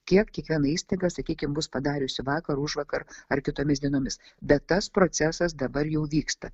kiek kiekviena įstaiga sakykim bus padariusi vakar užvakar ar kitomis dienomis bet tas procesas dabar jau vyksta